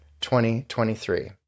2023